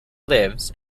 lives